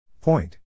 Point